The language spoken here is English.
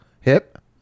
Hip